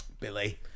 Billy